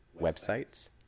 websites